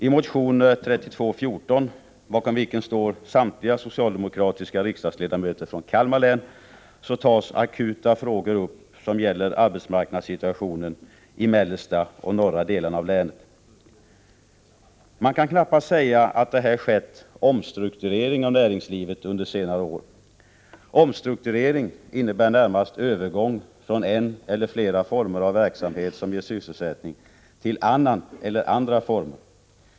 I motion 3214, bakom vilken står samtliga socialdemokratiska riksdagsledamöter från Kalmar län, tas akuta frågor upp som gäller arbetsmarknadssituationen i mellersta och norra delarna av länet. Man kan knappast säga att det här skett någon omstrukturering av näringslivet under senare år. Omstrukturering innebär närmast övergång från en eller flera former av verksamhet som ger sysselsättning till annan eller andra former.